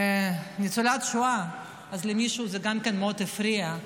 ניצולת שואה, אז למישהו גם זה מאוד הפריע,